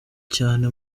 cyane